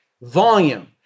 Volume